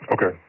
Okay